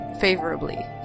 favorably